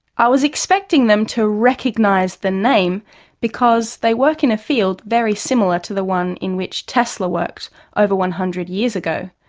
i was expecting them to recognise the name because they work in a field very similar to the one in which tesla worked over one hundred years ago.